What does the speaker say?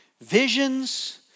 visions